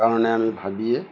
কাৰণে আমি ভাবিয়ে